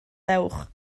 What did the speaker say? dewch